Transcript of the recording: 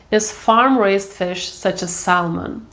is farm raised fish such as salmon.